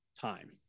time